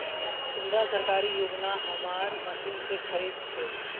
कुंडा सरकारी योजना हमार मशीन से खरीद छै?